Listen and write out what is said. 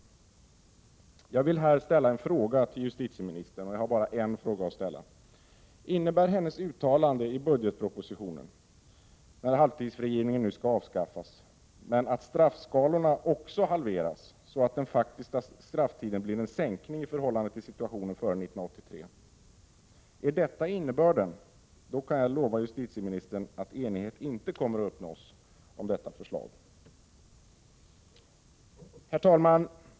Jag vill här ställa en enda fråga till justitieministern: Innebär justitieministerns uttalande i budgetpropositionen att halvtidsfrigivningen skall avskaffas, att straffskalorna också halveras så att den faktiska strafftiden blir en sänkning i förhållande till situationen före 1983? Är detta innebörden, kan jag lova justitieministern att enighet inte kommer att uppnås om detta förslag. Herr talman!